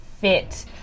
fit